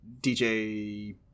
DJ